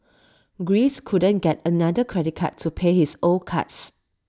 Greece couldn't get another credit card to pay his old cards